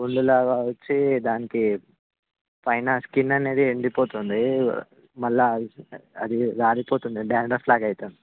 పుండ్లలాగా వచ్చి దానికి పైన స్కిన్ అనేది ఎండిపోతుంది మళ్ళీ అది రాలిపోతుంది డాండ్రఫ్లాగా అవుతుంది